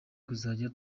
kuzajya